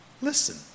Listen